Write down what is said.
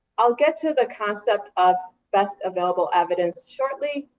i will get to the concept of best available evidence shortly,